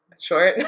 Short